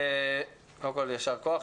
קדם כל יישר כוח.